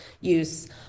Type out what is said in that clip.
use